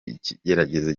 ikigeragezo